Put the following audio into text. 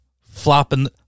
flopping